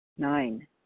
Nine